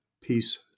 peace